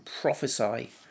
prophesy